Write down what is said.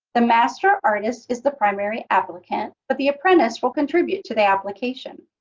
the master artist is the primary applicant, but the apprentice will contribute to the application.